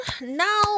Now